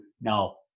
no